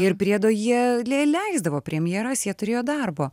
ir priedo jie lie leisdavo premjeras jie turėjo darbo